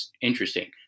interesting